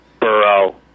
Burrow